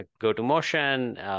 go-to-motion